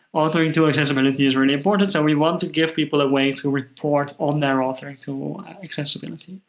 authoring tool accessibility is really important. so we want to give people a way to report on their authoring tool accessibility.